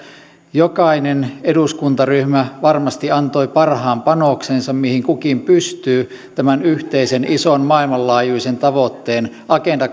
jokainen eduskuntaryhmä varmasti antoi parhaan panoksensa mihin kukin pystyy tämän yhteisen ison maailmanlaajuisen tavoitteen agenda